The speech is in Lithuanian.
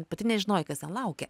pati nežinojai kas ten laukia